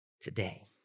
today